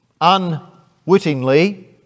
unwittingly